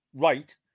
right